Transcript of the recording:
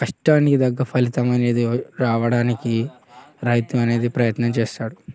కష్టానికి తగ్గ ఫలితం అనేది రావడానికి రైతు అనేది ప్రయత్నం చేస్తాడు